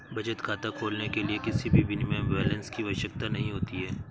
बचत खाता खोलने के लिए किसी भी मिनिमम बैलेंस की आवश्यकता नहीं होती है